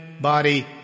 body